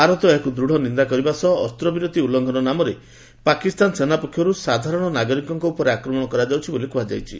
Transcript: ଭାରତ ଏହାକୁ ଦୂଢ଼ ନିନ୍ଦା କରିବା ସହ ଅସ୍ତ୍ରବିରତି ଉଲୁଙ୍ଘନ ନାମରେ ପାକିସ୍ତାନ ସେନା ପକ୍ଷର୍ତ ସାଧାରଣ ନାଗରିକଙ୍କ ଉପରେ ଆକ୍ରମଣ କରାଯାଉଛି ବୋଲି କୁହାଯାଇଛି